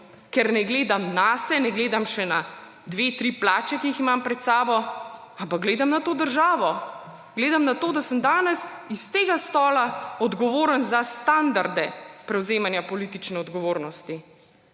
ker ne gledam nase, ne gledam še na dve, tri plače, ki jih imam pred sabo, ampak gledam na to državo, gledam na to, da sem danes s tega stola odgovoren za standarde prevzemanja politične odgovornosti.